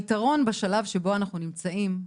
היתרון בשלב שבו אנחנו נמצאים,